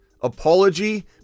apology